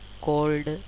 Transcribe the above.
called